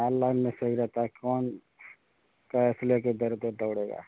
online में सही रहता है कौन कैस लेकर इधर उधर दौड़ेगा